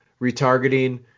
retargeting